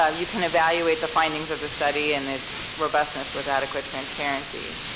um you can evaluate the findings of the study and it's robust and it's with adequate transparency,